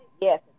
Yes